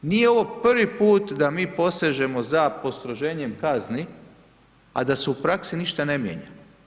Nije ovo prvi put da mi posežemo za postroženjem kazni a da se u praksi ništa ne mijenja.